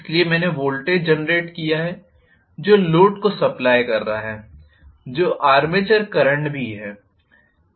इसलिए मैंने voltage generate किया है जो लोड को सप्लाई कर रहा है जो आर्मेचर करंट भी है